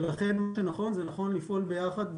ולכן נכון לפעול ביחד,